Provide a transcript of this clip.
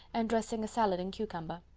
and dressing a salad and cucumber.